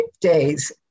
days